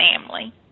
family